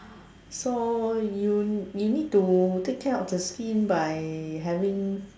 so you you need to take care of the skin by having